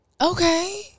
Okay